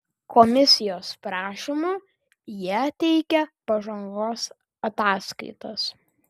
komisijos prašymu jie teikia pažangos ataskaitas